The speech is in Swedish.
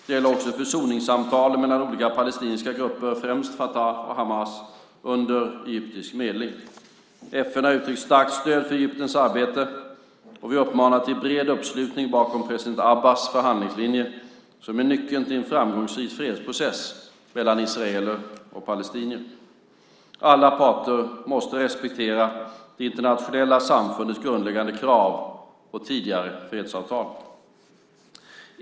Det gäller också försoningssamtalen mellan olika palestinska grupper, främst Fatah och Hamas, under egyptisk medling. EU har uttryckt starkt stöd för Egyptens arbete, och vi uppmanar till bred uppslutning bakom president Abbas förhandlingslinje, som är nyckeln till en framgångsrik fredsprocess mellan israeler och palestinier. Alla parter måste respektera det internationella samfundets grundläggande krav och tidigare fredsavtal.